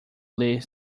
ler